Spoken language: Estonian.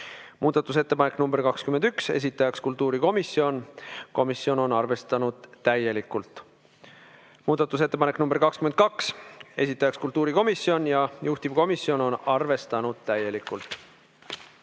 Muudatusettepanek nr 21, esitajaks kultuurikomisjon, komisjon on arvestanud täielikult. Muudatusettepanek nr 22, esitajaks kultuurikomisjon ja juhtivkomisjon on arvestanud täielikult.